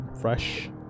fresh